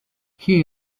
here